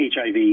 HIV